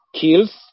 kills